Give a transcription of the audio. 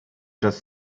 czas